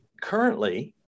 currently